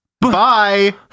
Bye